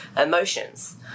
emotions